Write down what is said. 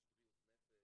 איש בריאות נפש,